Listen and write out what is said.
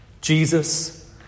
Jesus